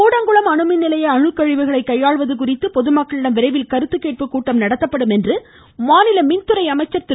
கூடங்குளம் அணுமின் நிலைய அணுக்கழிவுகளை கையாளுவது குறித்து பொதுமக்களிடம் விரைவில் கருத்து கேட்பு கூட்டம் நடத்தப்படும் என்று மாநில மின்துறை அமைச்சர் திரு